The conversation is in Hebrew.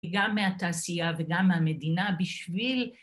גם מהתעשייה וגם מהמדינה בשביל